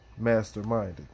masterminded